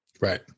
right